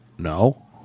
No